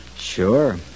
Sure